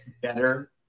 better